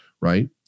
right